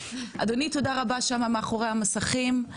תודה רבה לך אדוני מאחורי המסכים,